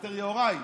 מיסטר יוראי,